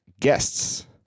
guests